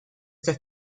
der